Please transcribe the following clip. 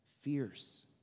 fierce